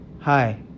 Hi